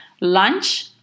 lunch